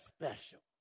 special